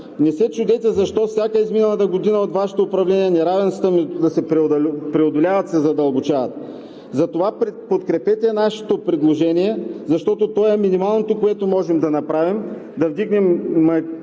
Не се чудете защо с всяка изминала година от Вашето управление неравенствата вместо да се преодоляват се задълбочават. Затова подкрепете нашето предложение, защото то е минималното, което можем да направим – да вдигнем